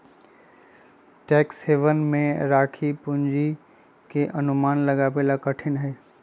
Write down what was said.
tax haven में राखी पूंजी के अनुमान लगावे ला कठिन हई